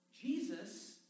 Jesus